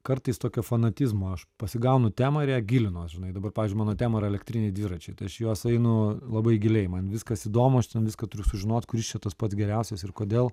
kartais tokio fanatizmo aš pasigaunu temą ir į ją gilinuos žinai dabar pavyzdžiui mano tema yra elektriniai dviračiai tai aš į juos einu labai giliai man viskas įdomu aš ten viską turiu sužinot kuris šitas pats geriausias ir kodėl